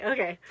Okay